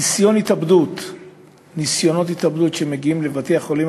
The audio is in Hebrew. ניסיונות התאבדות שמגיעים לבתי-החולים,